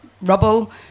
rubble